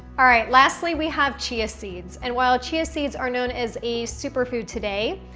alright, lastly we have chia seeds and while chia seeds are known as a super food today,